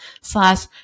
slash